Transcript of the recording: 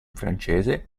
francese